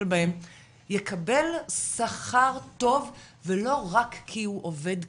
בהם יקבל שכר טוב ולא רק כי הוא עובד קשה,